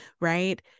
Right